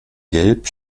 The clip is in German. gelb